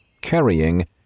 carrying